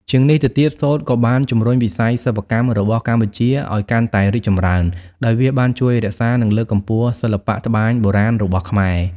ជាងនេះទៅទៀត សូត្រក៏បាន ជំរុញវិស័យសិប្បកម្ម របស់កម្ពុជាឲ្យកាន់តែរីកចម្រើន ដោយវាបានជួយរក្សា និងលើកកម្ពស់សិល្បៈត្បាញបុរាណរបស់ខ្មែរ ។